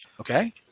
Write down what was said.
Okay